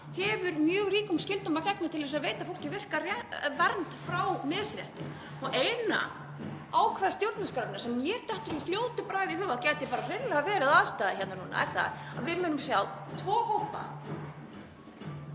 höfum mjög ríkum skyldum að gegna við að veita fólki virka vernd frá misrétti. Og eina ákvæði stjórnarskrárinnar sem mér dettur í fljótu bragði í hug að gæti bara hreinlega verið aðstaðan hérna núna er það að við munum sjá tvo hópa;